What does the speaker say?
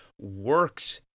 works